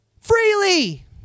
freely